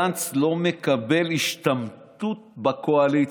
גנץ לא מקבל השתמטות בקואליציה.